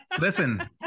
listen